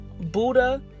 Buddha